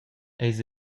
eis